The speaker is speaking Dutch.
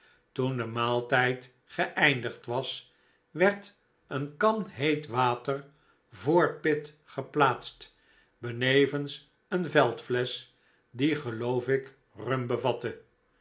toen de maaltijd geeindigd was werd een kan heet water voor pitt geplaatst benevens een veldflesch die geloof ik rum